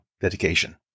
dedication